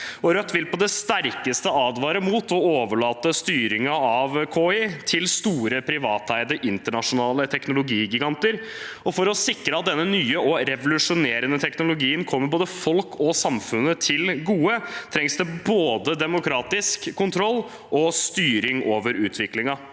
Rødt vil på det sterkeste advare mot å overlate styringen av KI til store, privateide, internasjonale teknologigiganter, og for å sikre at denne nye og revolusjonerende teknologien kommer både folk og samfunnet til gode, trengs det både demokratisk kontroll og styring over utviklingen.